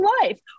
life